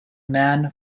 man